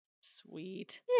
Sweet